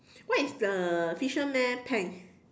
what is the fisherman pants